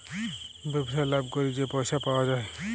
ব্যবসায় লাভ ক্যইরে যে পইসা পাউয়া যায়